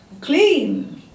clean